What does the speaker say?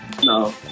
No